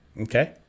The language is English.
Okay